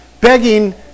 begging